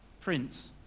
Prince